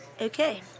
Okay